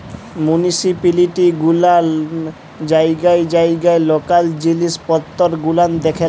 municipality গুলান জায়গায় জায়গায় লকাল জিলিস পত্তর গুলান দেখেল